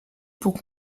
pour